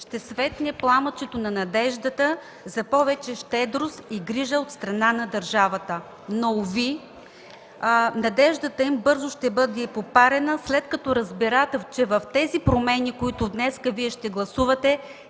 ще светне пламъчето на надеждата за повече щедрост и грижа от страна на държавата. Но уви, надеждата им бързо ще бъде попарена, след като разберат, че в тези промени, които днес ще гласувате,